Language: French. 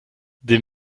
des